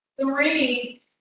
three